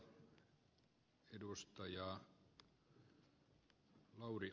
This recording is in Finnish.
arvoisa puhemies